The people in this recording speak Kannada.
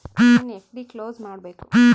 ನನ್ನ ಎಫ್.ಡಿ ಕ್ಲೋಸ್ ಮಾಡಬೇಕು